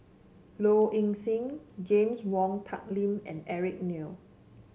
Low Ing Sing James Wong Tuck Yim and Eric Neo